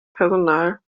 personal